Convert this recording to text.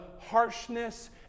harshness